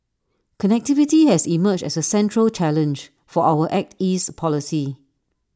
connectivity has emerged as A central challenge for our act east policy